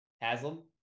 Haslam